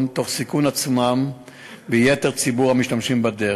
תוך סיכון עצמם ויתר ציבור המשתמשים בדרך.